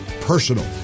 personal